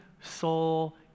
soul